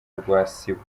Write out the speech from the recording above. rwasibo